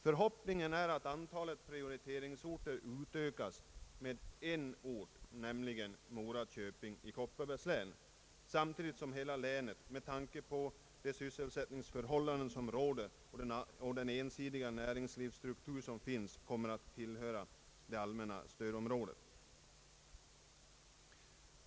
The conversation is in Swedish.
Förhoppningen är att antalet prioriteringsorter utökas med en ort, Mora köping i Kopparbergs län, samtidigt som hela länet — med tanke på de sysselsättningsförhållanden som råder och den ensidiga näringslivsstrukturen — borde tillhöra det allmänna stödområdet.